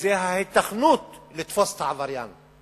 זה ההיתכנות של תפיסת העבריין.